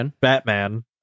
Batman